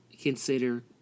consider